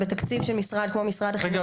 ובתקציב של משרד כמו משרד החינוך --- רגע,